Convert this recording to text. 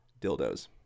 dildos